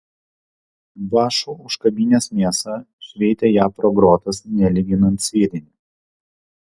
vąšu užkabinęs mėsą šveitė ją pro grotas nelyginant sviedinį